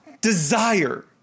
desire